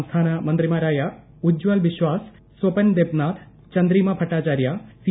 സംസ്ഥാൻ മന്ത്രിമാരായ ഉജ്ജാൽ ബിശ്വാസ് സ്വപൻ ദെബ്നാഥ് ചന്ദ്രീമൃഭട്ടാചാര്യ സി